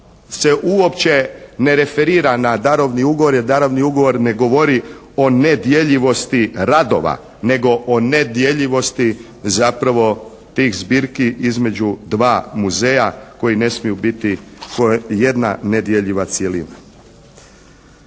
uopće ne referira na darovni ugovor, jer darovni ugovor ne govori o nedjeljivosti radova nego o nedjeljivosti zapravo tih zbirki između dva muzeja koji ne smiju biti ko' jedna nedjeljiva cjelina.